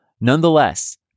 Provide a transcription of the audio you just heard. Nonetheless